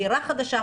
דירה חדשה,